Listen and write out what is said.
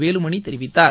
வேலுமணி தெரிவித்தார்